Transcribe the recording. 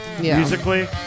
musically